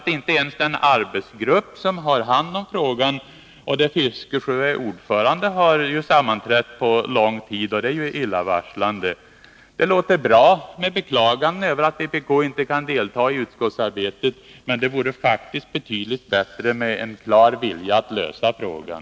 Den arbetsgrupp, där Bertil Fiskesjö är ordförande, som har hand om frågan har inte sammanträtt på lång tid — och det är illavarslande. Det låter bra med beklaganden över att vpk inte kan delta i utskottsarbetet, men det vore faktiskt betydligt bättre med en klar vilja att lösa frågan.